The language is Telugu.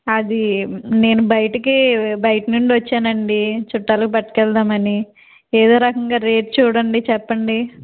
అది నేను బయటికి బయట నుండి వచ్చానండీ చుట్టాలకి పట్టుకెళదాం అని ఏదో రకంగా రేటు చూడండి చెప్పండి